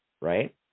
right